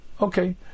Okay